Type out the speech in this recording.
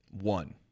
One